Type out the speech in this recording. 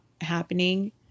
happening